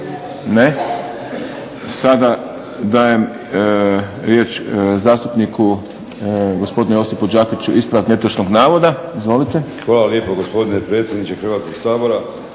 Ne. Sada dajem riječ zastupniku gospodinu Josipu Đakiću ispravak netočnog navoda, izvolite. **Đakić, Josip (HDZ)** Hvala lijepa gospodine predsjedniče Hrvatskog sabora.